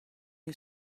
you